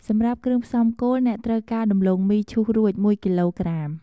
សម្រាប់គ្រឿងផ្សំគោល អ្នកត្រូវការ ដំឡូងមីឈូសរួច ១ គីឡូក្រាម។